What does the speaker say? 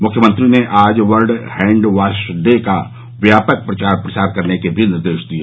मुख्यमंत्री ने आज वर्ल्ड हैंड वॉश डे का व्यापक प्रचार प्रसार करने के भी निर्देश दिये